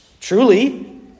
Truly